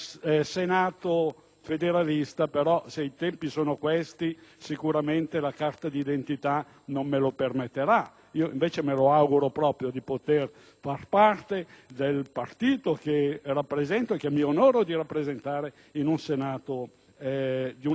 federalista: se, però, i tempi sono questi, sicuramente la carta di identità non me lo permetterà! Invece io mi auguro proprio di poter far parte, nel partito che rappresento e che mi onoro di rappresentare, del Senato di una Repubblica federale.